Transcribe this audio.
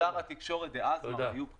שר התקשורת דאז, מר איוב קרא,